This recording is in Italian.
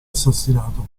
assassinato